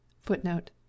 Footnote